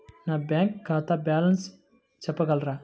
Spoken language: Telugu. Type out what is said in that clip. నా బ్యాంక్ ఖాతా బ్యాలెన్స్ చెప్పగలరా?